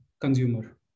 consumer